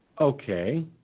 okay